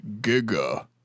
giga